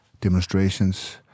demonstrations